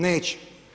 Neće.